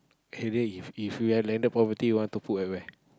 K then if if you have landed property want to put at where